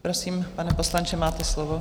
Prosím, pane poslanče, máte slovo.